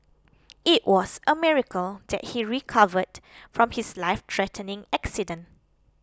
it was a miracle that he recovered from his lifethreatening accident